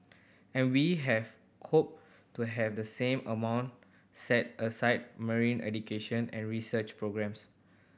and we have hoped to have the same amount set aside marine education and research programmes